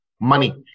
money